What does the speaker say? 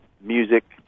music